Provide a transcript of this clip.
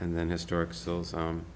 and then historic so